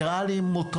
זה נראה לי מוטרף.